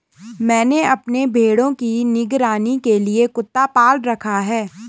मैंने अपने भेड़ों की निगरानी के लिए कुत्ता पाल रखा है